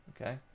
Okay